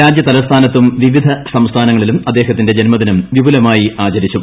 രാജ്യതലസ്ഥാനത്തും വിവിധ സംസ്ഥാനങ്ങളിലും അദ്ദേഹത്തിന്റെ ജന്മദിനം വിപുലമായി ആചരിച്ചു